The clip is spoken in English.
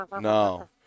No